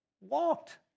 walked